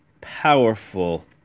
powerful